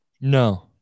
No